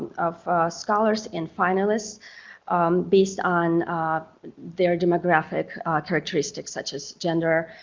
of scholars and finalists based on their demographic characteristics such as gender,